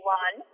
one